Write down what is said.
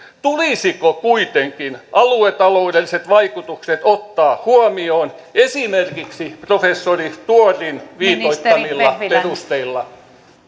tulisiko kuitenkin aluetaloudelliset vaikutukset ottaa huomioon esimerkiksi professori tuorin viitoittamilla perusteilla